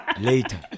Later